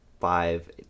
five